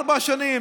ארבע שנים,